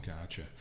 Gotcha